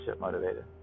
motivated